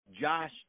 Josh